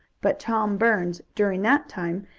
but tom burns, during that time,